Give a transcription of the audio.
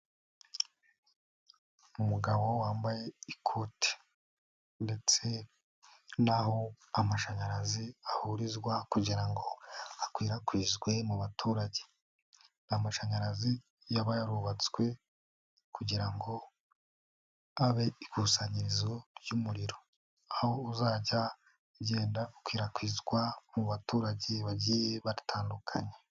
Umugabo wambaye ikoti ndetse n'aho amashanyarazi ahurizwa kugira ngo akwirakwizwe mu baturage, ni amashanyarazi yaba yarubatswe kugira ngo abe ikusanyirizo ry'umuriro, aho uzajya ugenda ukwirakwizwa mu baturage bagiye batandukanye.